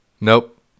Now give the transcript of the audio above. Nope